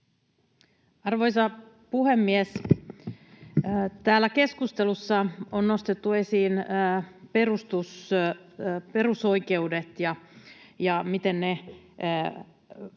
Arvoisa puhemies! Kun täällä keskustelussa on nostettu esiin perusoikeudet ja miten ne voidaan